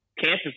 Kansas